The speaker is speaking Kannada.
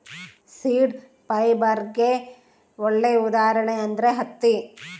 ಸೀಡ್ ಫೈಬರ್ಗೆ ಒಳ್ಳೆ ಉದಾಹರಣೆ ಅಂದ್ರೆ ಹತ್ತಿ